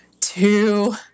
two